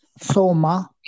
soma